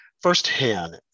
Firsthand